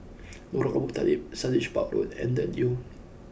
Lorong Abu Talib Sundridge Park Road and The Leo